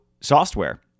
software